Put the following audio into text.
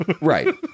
right